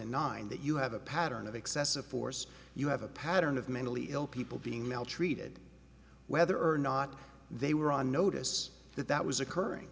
and nine that you have a pattern of excessive force you have a pattern of mentally ill people being maltreated whether or not they were on notice that that was occurring